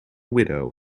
widow